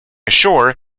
ashore